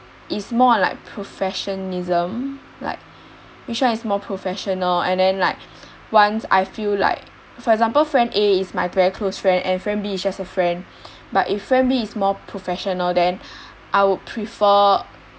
it's more of like professionalism like which one is more professional and then like once I feel like for example friend A is my very close friend and friend B is just a friend but if friend B is more professional then I would prefer